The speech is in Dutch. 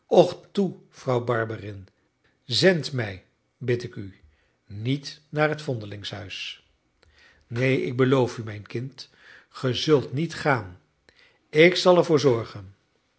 toe vrouw barberin zend mij bid ik u niet naar het vondelingshuis neen ik beloof u mijn kind ge zult niet gaan ik zal er voor zorgen